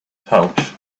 pouch